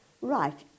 Right